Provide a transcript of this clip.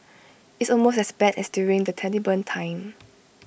it's almost as bad as during the Taliban time